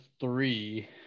three